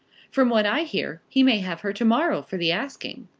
from what i hear he may have her to-morrow for the asking.